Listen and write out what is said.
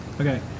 Okay